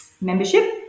membership